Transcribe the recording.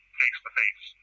face-to-face